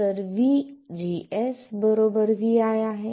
तर vGS vi आहे